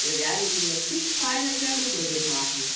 wir werden ihn'n eine pickfeine kirmsmusik machen